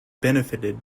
benefited